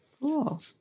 Cool